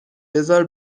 بزار